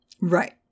Right